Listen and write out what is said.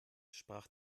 sprach